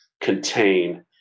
contain